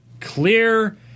clear